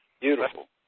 Beautiful